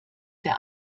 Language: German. der